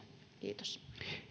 kiitos